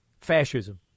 fascism